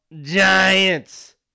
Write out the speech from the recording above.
Giants